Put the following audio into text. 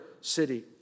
city